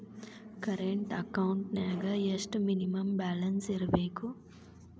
Current ಅಕೌಂಟೆಂನ್ಯಾಗ ಎಷ್ಟ minimum balance ಇರ್ಬೇಕು?